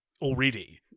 already